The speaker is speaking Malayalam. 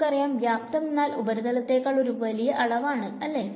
നമുക്കറിയാം വ്യാപ്തം എന്നാൽ ഉപരിതലത്തേക്കാൾ ഒരു വലിയ അളവാണ് അല്ലെ